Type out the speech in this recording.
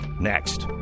Next